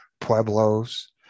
Pueblos